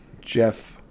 Jeff